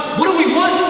what do we want?